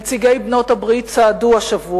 נציגי בעלות-הברית צועדים,